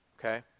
Okay